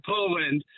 Poland